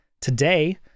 Today